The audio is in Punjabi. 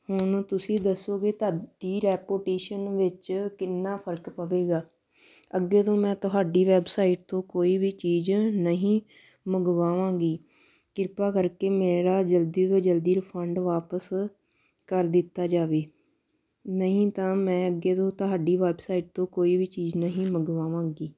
ਹੁਣ ਤੁਸੀਂ ਦੱਸੋ ਕਿ ਤੁਹਾਡੀ ਰੈਪੋਟੀਸ਼ਨ ਵਿੱਚ ਕਿੰਨਾ ਫਰਕ ਪਵੇਗਾ ਅੱਗੇ ਤੋਂ ਮੈਂ ਤੁਹਾਡੀ ਵੈਬਸਾਈਟ ਤੋਂ ਕੋਈ ਵੀ ਚੀਜ਼ ਨਹੀਂ ਮੰਗਵਾਵਾਂਗੀ ਕਿਰਪਾ ਕਰਕੇ ਮੇਰਾ ਜਲਦੀ ਤੋਂ ਜਲਦੀ ਰਿਫੰਡ ਵਾਪਸ ਕਰ ਦਿੱਤਾ ਜਾਵੇ ਨਹੀਂ ਤਾਂ ਮੈਂ ਅੱਗੇ ਤੋਂ ਤੁਹਾਡੀ ਵੈੱਬਸਾਈਟ ਤੋਂ ਕੋਈ ਵੀ ਚੀਜ਼ ਨਹੀਂ ਮੰਗਵਾਵਾਂਗੀ